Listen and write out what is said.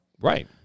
Right